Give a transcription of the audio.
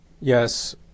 Yes